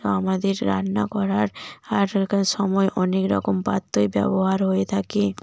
আমাদের রান্না করার সময় অনেক রকম পাত্রই ব্যবহার হয়ে থাকে